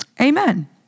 Amen